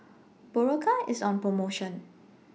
Berocca IS on promotion